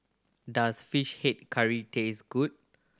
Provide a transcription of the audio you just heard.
does Fish Head Curry taste good